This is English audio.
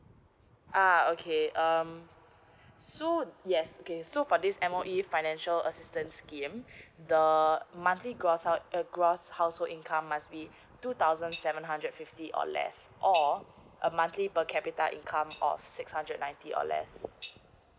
uh okay um so yes okay so for this M_O_E financial assistance scheme the monthly gross across household income must be two thousand seven hundred fifty or less or a monthly per capita incomes of six hundred ninety or less